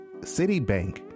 Citibank